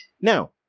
Now